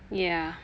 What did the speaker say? ya